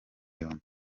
yombi